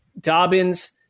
Dobbins